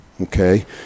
okay